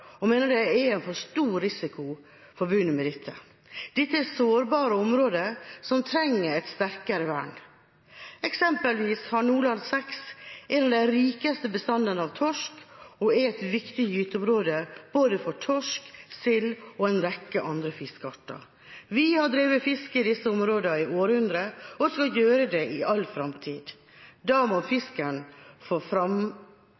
vi mener det er en for stor risiko forbundet med dette. Dette er sårbare områder som trenger et sterkere vern. Eksempelvis har Nordland VI en av de rikeste bestandene av torsk og er et viktig gyteområde for både torsk, sild og en rekke andre fiskearter. Vi har drevet fiske i disse områdene i århundrer og skal gjøre det i all framtid. Da må